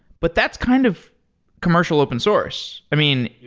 but that's kind of commercial open source. i mean,